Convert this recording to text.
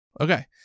Okay